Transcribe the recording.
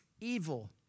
evil